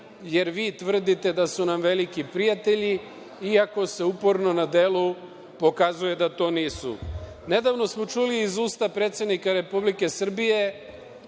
jer vi tvrdite da su nam veliki prijatelji, iako se uporno na delu pokazuje da to nisu. Nedavno smo čuli iz usta predsednika Republike Srbije